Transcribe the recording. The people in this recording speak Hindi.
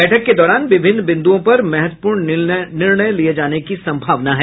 बैठक के दौरान विभिन्न बिन्दुओं पर महत्वपूर्ण निर्णय लिये जाने की सम्भावना है